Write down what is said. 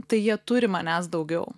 tai jie turi manęs daugiau